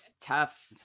tough